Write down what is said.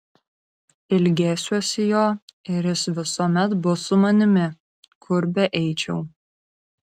ilgėsiuosi jo ir jis visuomet bus su manimi kur beeičiau